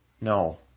No